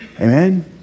Amen